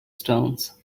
stones